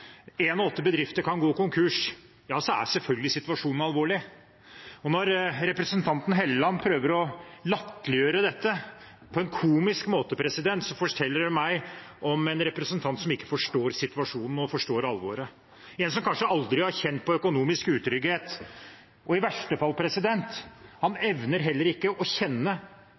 åtte bedrifter kan gå konkurs, så er selvfølgelig situasjonen alvorlig. Og når representanten Helleland prøver å latterliggjøre dette på en komisk måte, forteller det meg noe om en representant som ikke forstår situasjonen og alvoret, en som kanskje aldri har kjent på økonomisk utrygghet, og som – i verste fall – heller ikke evner å kjenne